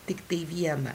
tiktai viena